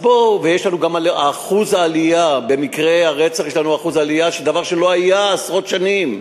גם שיעור העלייה במקרי הרצח המפוענחים הוא דבר שלא היה עשרות שנים,